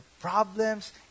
problems